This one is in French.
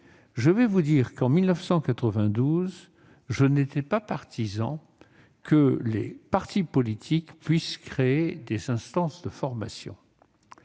des organismes. En 1992, je n'étais pas partisan que les partis politiques puissent créer des instances de formation.